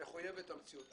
מחויבת המציאות.